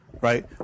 right